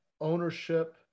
ownership